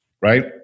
right